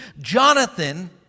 Jonathan